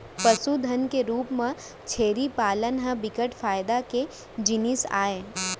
पसुधन के रूप म छेरी पालन ह बिकट फायदा के जिनिस आय